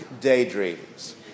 daydreams